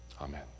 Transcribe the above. Amen